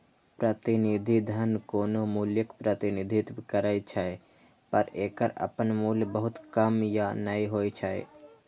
प्रतिनिधि धन कोनो मूल्यक प्रतिनिधित्व करै छै, पर एकर अपन मूल्य बहुत कम या नै होइ छै